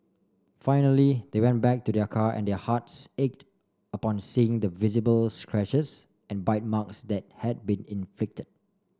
finally they went back to their car and their hearts ached upon seeing the visible scratches and bite marks that had been inflicted